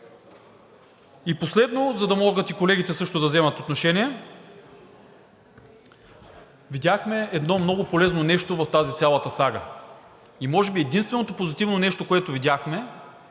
И последно, за да могат и колегите също да вземат отношение. Видяхме едно много полезно нещо в тази цялата сага и може би единственото позитивно нещо, което видяхме,